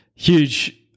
Huge